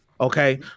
Okay